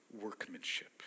workmanship